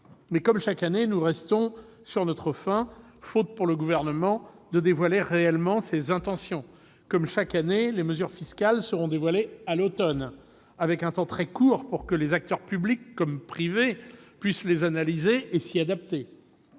Mais, comme chaque année, nous resterons sur notre faim, le Gouvernement ne donnant rien à voir réellement de ses intentions. Comme chaque année, les mesures fiscales seront dévoilées à l'automne, avec un temps très court pour que les acteurs, publics comme privés, puissent les analyser et s'y adapter.